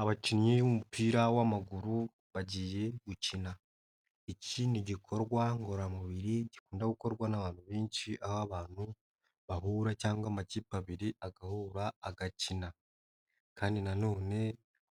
Abakinnyi b'umupira w'amaguru bagiye gukina ikindi gikorwa ngororamubiri gikunda gukorwa n'abantu benshi aho abantu bahura cyangwa amakipe abiri agahura agakina kandi nanone